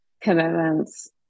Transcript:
commitments